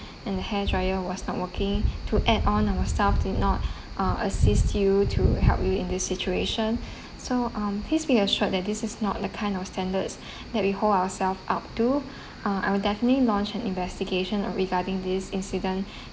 and the hairdryer was not working to add on our staff did not ah assists you to help you in this situation so um please be assured that this is not the kind of standards that we hold ourselves up to uh I would definitely launch an investigation regarding this incident